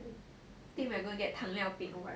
I think we're gonna get 糖尿病 but whatever